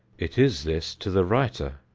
it is this to the writer.